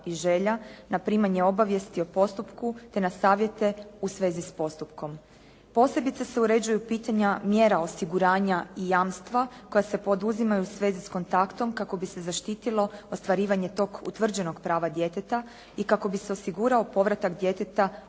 na primanje obavijesti o postupku te na savjete u svezi s postupkom. Posebice se uređuju pitanja mjera osiguranja i jamstva koja se poduzimaju u svezi s kontaktom kako bi se zaštitilo ostvarivanje tog utvrđenog prava djeteta i kako bi se osigurao povratak djeteta